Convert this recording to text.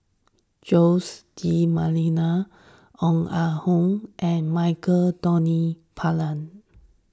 Jose D'Almeida Ong Ah Hoi and Michael Anthony Palmer